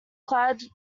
clad